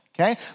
Okay